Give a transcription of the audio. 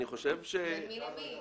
בין מי למי?